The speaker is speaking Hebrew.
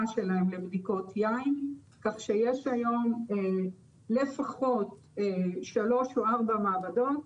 לבדיקות שונות בהתאם לדרישות של האיחוד האירופאי.